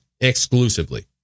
exclusively